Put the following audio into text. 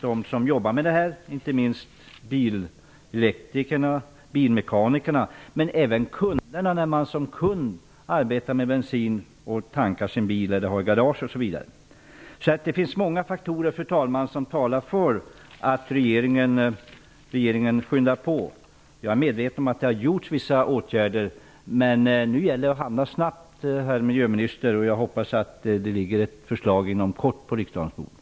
De som jobbar med det här, inte minst bilelektrikerna och bilmekanikerna, men även kunder som arbetar med bensin då de tankar sin bil eller har garage, o.s.v. berörs. Fru talman! Det finns många faktorer som talar för att regeringen skall skynda på. Jag är medveten om att det har gjorts vissa åtgärder, men nu gäller det att handla snabbt, herr miljöminister. Jag hoppas att det inom kort ligger ett förslag på riksdagens bord.